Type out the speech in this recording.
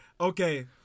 Okay